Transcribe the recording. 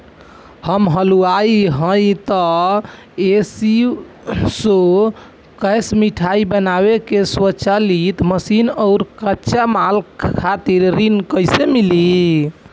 हम हलुवाई हईं त ए.सी शो कैशमिठाई बनावे के स्वचालित मशीन और कच्चा माल खातिर ऋण कइसे मिली?